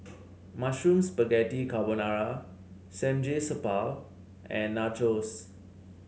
Mushroom Spaghetti Carbonara Samgyeopsal and Nachos